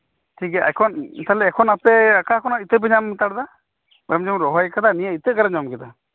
ᱴᱷᱤᱠᱜᱮᱭᱟ ᱮᱠᱷᱚᱱ ᱟᱯᱮ ᱚᱠᱟᱠᱷᱚᱱᱟᱜ ᱤᱛᱟᱹᱯᱮ ᱧᱟᱢ ᱦᱟᱛᱟᱲᱮᱫᱟ ᱟᱢᱡᱮᱢ ᱨᱚᱦᱚᱭ ᱟᱠᱟᱫᱟ ᱱᱤᱭᱟᱹ ᱤᱛᱟᱹ ᱚᱠᱟᱨᱮᱢ ᱧᱟᱢ ᱟᱠᱟᱫᱟ